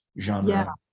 genre